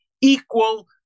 equal